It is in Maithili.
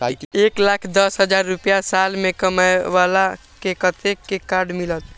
एक लाख दस हजार रुपया साल में कमाबै बाला के कतेक के कार्ड मिलत?